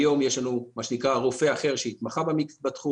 היום יש לנו מה שנקרא רופא אחר שהתמחה בתחום.